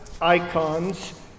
icons